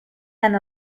and